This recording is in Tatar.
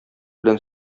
белән